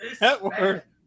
Network